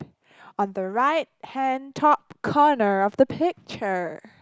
on the right hand top corner of the picture